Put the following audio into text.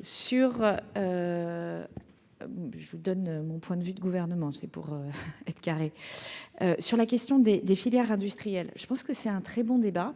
sur je vous donne mon point de vue du gouvernement, c'est pour être carré sur la question des des filières industrielles, je pense que c'est un très bon débat,